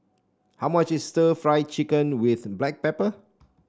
how much is stir Fry Chicken with Black Pepper